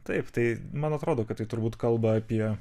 taip tai man atrodo kad tai turbūt kalba apie